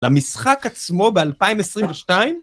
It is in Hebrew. למשחק עצמו ב-2022?